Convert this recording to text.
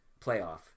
playoff